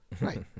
Right